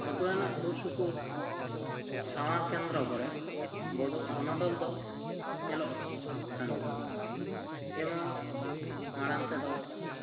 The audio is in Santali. ᱵᱟᱸᱠᱩᱲᱟ ᱨᱮᱱᱟᱜ ᱥᱩᱨ ᱥᱩᱯᱩᱨ ᱥᱟᱶᱟᱨ ᱠᱮᱱᱫᱨᱚ ᱠᱚᱨᱮ ᱵᱚᱫᱚ ᱵᱚᱱᱚᱫᱚᱞ ᱫᱚ ᱧᱮᱞᱚᱜ ᱠᱟᱱ ᱜᱮᱭᱟ ᱡᱮᱢᱚᱱ ᱢᱟᱲᱟᱝ ᱛᱮᱫᱚ